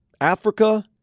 Africa